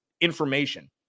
information